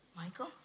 Michael